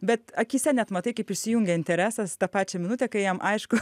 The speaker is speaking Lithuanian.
bet akyse net matai kaip išsijungia interesas tą pačią minutę kai jam aišku